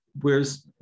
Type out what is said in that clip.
Whereas